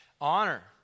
Honor